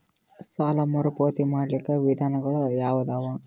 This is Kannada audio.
ಸಾಲ ಮರುಪಾವತಿ ಮಾಡ್ಲಿಕ್ಕ ವಿಧಾನಗಳು ಯಾವದವಾ?